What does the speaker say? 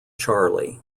charley